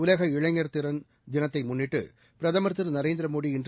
உலக இளைஞர் திறன் தினத்தை முன்னிட்டு பிரதமர் திரு நரேந்திர மோடி இன்று